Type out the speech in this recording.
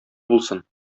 булсын